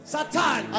Satan